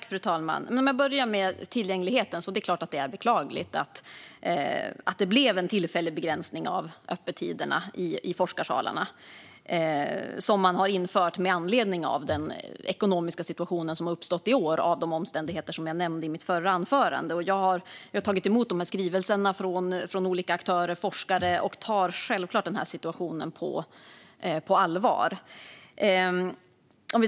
Fru talman! Jag börjar med tillgängligheten. Det är klart att det är beklagligt att det blev en tillfällig begränsning av öppettiderna i forskarsalarna. Man införde den begränsningen med anledning av den ekonomiska situation som har uppstått i år på grund av de omständigheter som jag nämnde i mitt förra anförande. Jag har tagit emot skrivelser från olika aktörer, forskare, och jag tar självklart den här situationen på allvar.